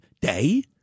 day